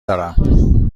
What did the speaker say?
دارم